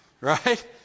Right